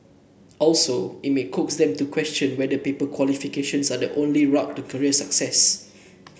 also it may coax them to question whether paper qualifications are the only route to career success